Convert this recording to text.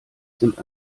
sind